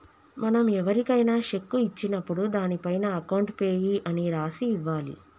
మనం ఎవరికైనా శెక్కు ఇచ్చినప్పుడు దానిపైన అకౌంట్ పేయీ అని రాసి ఇవ్వాలి